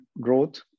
growth